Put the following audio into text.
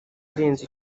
arenze